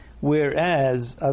Whereas